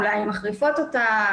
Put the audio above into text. אולי הן מחריפות אותה,